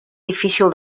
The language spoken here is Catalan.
difícil